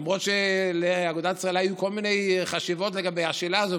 למרות שלאגודת ישראל היו כל מיני חשיבות לגבי השאלה הזו,